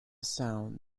sound